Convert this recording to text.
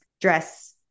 dress